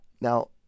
now